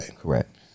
Correct